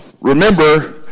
remember